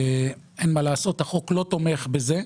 אין מה לעשות, החוק לא תומך בזה.